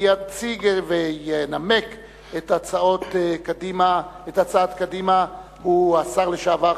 יציג וינמק את הצעת קדימה השר לשעבר,